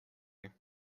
you